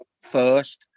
first